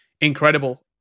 incredible